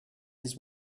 his